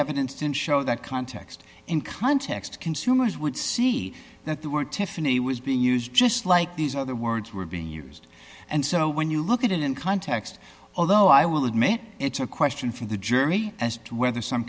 evidence didn't show that context in context consumers would see that they were tiffany was being used just like these other words were being used and so when you look at it in context although i will admit it's a question for the journey as to whether some